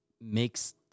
makes